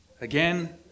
again